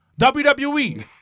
WWE